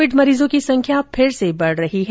Covid मरीजों की संख्या फिर से बढ़ रही है